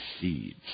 seeds